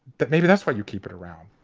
but maybe that's why you keep it around.